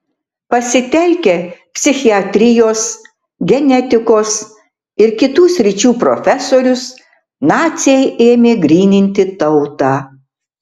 pasitelkę psichiatrijos genetikos ir kitų sričių profesorius naciai ėmė gryninti tautą